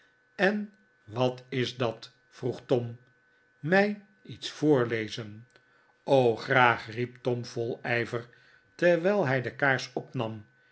en wat is dat vroeg tom mij iets voorlezen r o graag riep tom vol ijver terwijl hij de kaars opnam